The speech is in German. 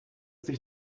sich